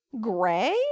Gray